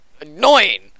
annoying